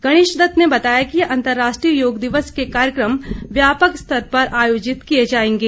गणेश दत्त ने बताया कि अंतर्राष्ट्रीय योग दिवस के कार्यक्रम व्यापक स्तर पर आयोजित किए जाएंगे